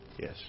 Yes